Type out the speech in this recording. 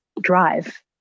drive